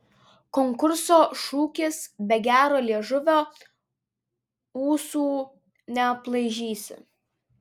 konkurso šūkis be gero liežuvio ūsų neaplaižysi